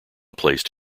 placed